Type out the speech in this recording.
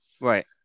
Right